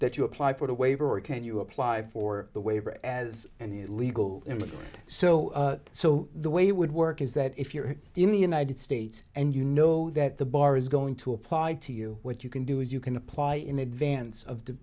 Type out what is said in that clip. that you apply for a waiver or can you apply for the waiver as an illegal immigrant so so the way would work is that if you're in the united states and you know that the bar is going to apply to you what you can do is you can apply in advance of the